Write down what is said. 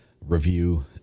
review